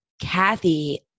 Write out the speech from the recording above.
Kathy